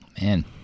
Man